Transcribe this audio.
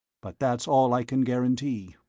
but that's all i can guarantee.